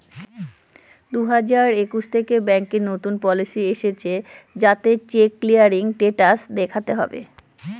দুই হাজার একুশ থেকে ব্যাঙ্কে নতুন পলিসি এসেছে যাতে চেক ক্লিয়ারিং স্টেটাস দেখাতে হবে